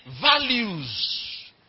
values